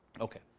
Okay